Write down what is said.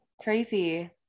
Crazy